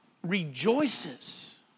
Rejoices